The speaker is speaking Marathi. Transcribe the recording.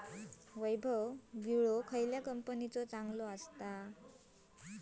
वैभव विळो खयल्या कंपनीचो चांगलो हा?